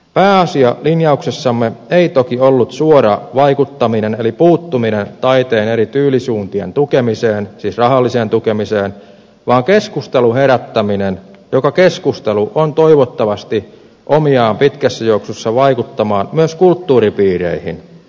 pääasia linjauksessamme ei toki ollut suora vaikuttaminen eli puuttuminen taiteen eri tyylisuuntien tukemiseen siis rahalliseen tukemiseen vaan keskustelun herättäminen joka keskustelu on toivottavasti omiaan pitkässä juoksussa vaikuttamaan myös kulttuuripiireihin